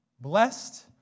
Blessed